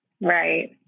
Right